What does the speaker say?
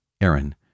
Aaron